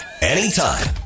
anytime